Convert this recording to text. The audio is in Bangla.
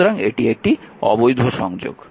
সুতরাং এটি অবৈধ সংযোগ